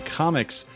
comics